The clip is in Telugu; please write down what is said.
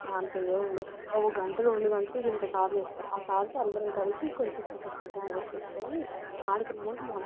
దాంట్లో ఏం ఉండదు ఒక గంట రెండు గంటలు ఇంత చార్జ్ చేస్తారు ఆ చార్జ్ అందరం కలిసి కొంచెం కొంచెం కొంచెం వేసేసుకుని ఆడుకున్నామంటే బాగుంటుంది